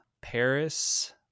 Paris